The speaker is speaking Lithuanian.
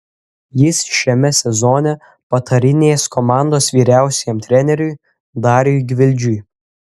jis šiame sezone patarinės komandos vyriausiajam treneriui dariui gvildžiui